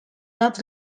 not